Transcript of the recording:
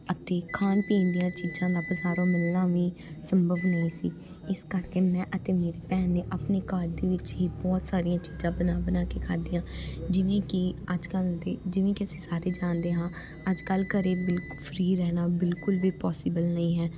ਅਤੇ ਖਾਣ ਪੀਣ ਦੀਆਂ ਚੀਜ਼ਾਂ ਦਾ ਬਜ਼ਾਰੋ ਮਿਲਣਾ ਵੀ ਸੰਭਵ ਨਹੀਂ ਸੀ ਇਸ ਕਰਕੇ ਮੈਂ ਅਤੇ ਮੇਰੀ ਭੈਣ ਨੇ ਆਪਣੇ ਘਰ ਦੇ ਵਿੱਚ ਹੀ ਬਹੁਤ ਸਾਰੀਆਂ ਚੀਜ਼ਾਂ ਬਣਾ ਬਣਾ ਕੇ ਖਾਧੀਆਂ ਜਿਵੇਂ ਕਿ ਅੱਜ ਕੱਲ੍ਹ ਦੇ ਜਿਵੇਂ ਕਿ ਅਸੀਂ ਸਾਰੇ ਜਾਣਦੇ ਹਾਂ ਅੱਜ ਕੱਲ੍ਹ ਘਰ ਬਿਲਕੁਲ ਫਰੀ ਰਹਿਣਾ ਬਿਲਕੁਲ ਵੀ ਪੋਸੀਬਲ ਨਹੀਂ ਹੈ